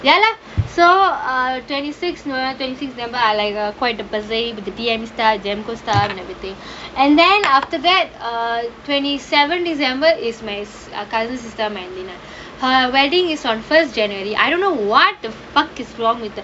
ya lah so uh twenty six december twenty six december I like a quite and then after that err twenty seven december is my cousin sister wedding her wedding is on first january I don't know what the fuck is wrong with that